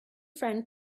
friend